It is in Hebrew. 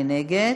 מי נגד?